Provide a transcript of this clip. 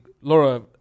Laura